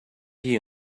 here